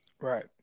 right